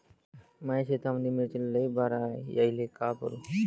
माया शेतामंदी मिर्चीले लई बार यायले का करू?